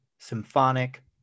symphonic